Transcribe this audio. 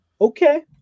Okay